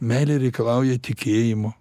meilė reikalauja tikėjimo